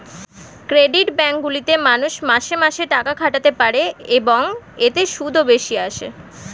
credit bank গুলিতে মানুষ মাসে মাসে টাকা খাটাতে পারে, এবং এতে সুদও বেশি আসে